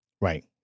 Right